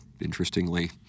interestingly